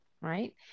right